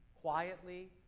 quietly